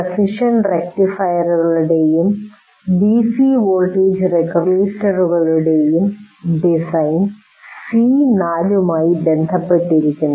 precision റക്റ്റിഫയറുകളുടെയും DC voltage റെഗുലേറ്ററുകളുടെയും design C4 മായി ബന്ധപ്പെട്ടിരിക്കുന്നു